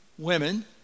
Women